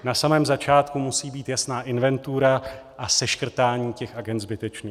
Na samém začátku musí být jasná inventura a seškrtání těch agend zbytečných.